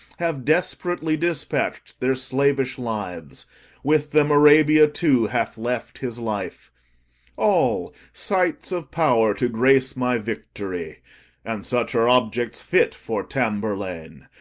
have desperately despatch'd their slavish lives with them arabia, too, hath left his life all sights of power to grace my victory and such are objects fit for tamburlaine,